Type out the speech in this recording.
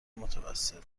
متوسط